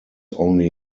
only